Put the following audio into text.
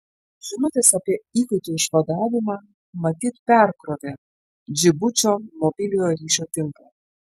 žinutės apie įkaitų išvadavimą matyt perkrovė džibučio mobiliojo ryšio tinklą